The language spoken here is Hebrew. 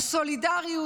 הסולידריות,